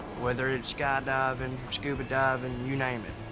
whether it's skydiving, scuba diving, you name it.